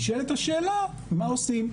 נשאלת השאלה מה עושים?